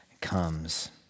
comes